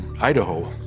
Idaho